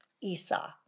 Esau